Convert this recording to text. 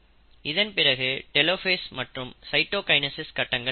இதன்பிறகு டெலோஃபேஸ் மற்றும் சைட்டோகைனசிஸ் கட்டங்கள் நிகழும்